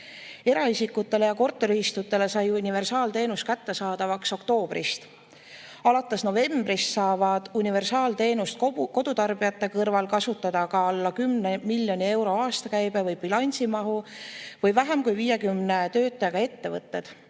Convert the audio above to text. Eraisikutele ja korteriühistutele sai universaalteenus kättesaadavaks oktoobrist. Alates novembrist saavad universaalteenust kodutarbijate kõrval kasutada ka alla 10 miljoni eurose aastakäibe või bilansimahuga või vähem kui 50 töötajaga ettevõtted,